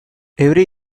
every